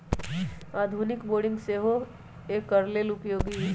आधुनिक बोरिंग सेहो एकर लेल उपयोगी है